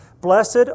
Blessed